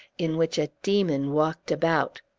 in which a demon walked about.